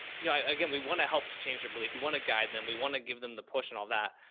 yeah, again, we want to help to change your belief. you want to guide them. we want to give them the push and all that.